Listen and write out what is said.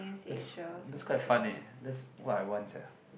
that's that's quite fun eh that's what I want sia